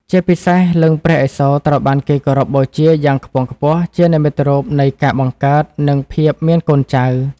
ជាពិសេស លិង្គព្រះឥសូរត្រូវបានគេគោរពបូជាយ៉ាងខ្ពង់ខ្ពស់ជានិមិត្តរូបនៃការបង្កើត និងភាពមានកូនចៅ។